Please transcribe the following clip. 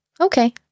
okay